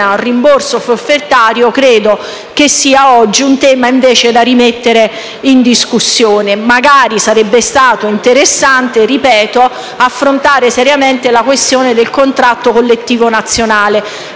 un rimborso forfettario credo sia oggi un tema da rimettere in discussione. Magari sarebbe stato interessante affrontare seriamente la questione del contratto collettivo nazionale.